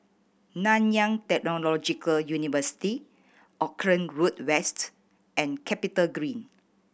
Nanyang Technological University Auckland Road West and CapitaGreen